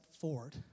forward